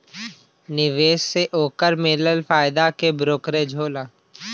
निवेश से ओकर मिलल फायदा के ब्रोकरेज होला